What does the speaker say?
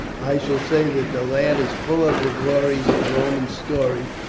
i shall say that the lad is full of the glories of roman story,